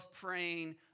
praying